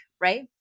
Right